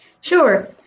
Sure